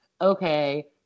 okay